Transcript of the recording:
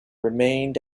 remained